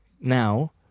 now